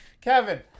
Kevin